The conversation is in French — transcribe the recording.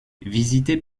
visité